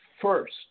first